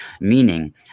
meaning